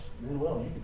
Manuel